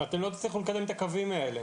אתם לא תצליחו לקדם את הקווים האלה.